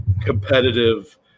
competitive